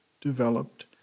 developed